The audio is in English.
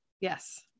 yes